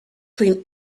clean